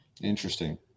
Interesting